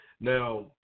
Now